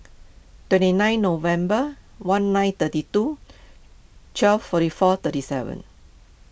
twenty nine November one nine thirty two twelve forty four thirty seven